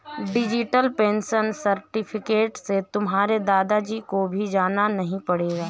digital pension certificate से तुम्हारे दादा जी को भी जाना नहीं पड़ेगा